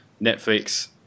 Netflix